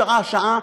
שעה-שעה,